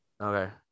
Okay